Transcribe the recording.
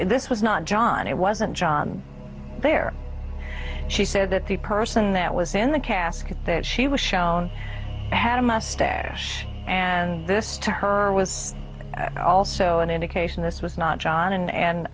this was not john it wasn't john there she said that the person that was in the casket that she was shown had a mustache and this to her was also an indication this was not john and